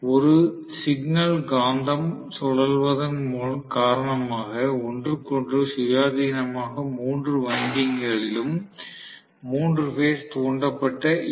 ஒரு சிக்னல் காந்தம் சுழல்வதன் காரணமாக ஒன்றுக்கொன்று சுயாதீனமான மூன்று வைண்டிங்குகளிலும் மூன்று பேஸ் தூண்டப்பட்ட ஈ